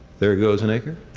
there goes an acre.